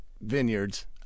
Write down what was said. Vineyards